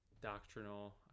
doctrinal